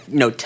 no